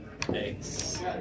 Thanks